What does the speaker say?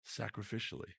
sacrificially